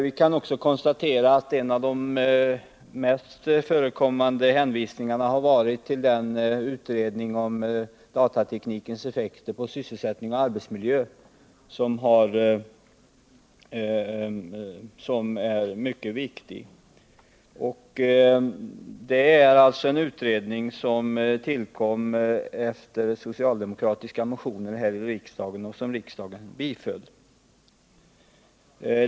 Vi kan konstatera att en av de mest förekommande hänvisningarna gäller utredningen om datateknikens effekter på sysselsättning och arbetsmiljö. Den utredningen, som är mycket viktig, tillkom efter det att socialdemokratiska motioner väckts i frågan och bifallits av riksdagen.